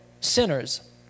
sinners